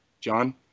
John